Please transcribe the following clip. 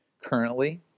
currently